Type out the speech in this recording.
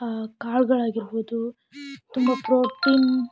ಕಾಳುಗಳಾಗಿರ್ಬೋದು ತುಂಬ ಪ್ರೋಟೀನ್